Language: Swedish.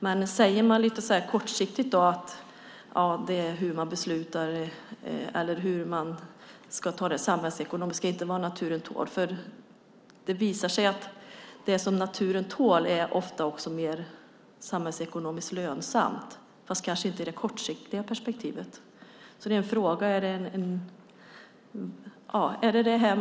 Det är lite kortsiktigt att säga att det är det samhällsekonomiska som ska gälla och inte vad naturen tål, för det visar sig att det naturen tål ofta är mer samhällsekonomiskt lönsamt i ett längre perspektiv. Kan man lita på det här?